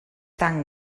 tan